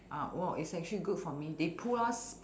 uh !wow! it's actually good for me they pull us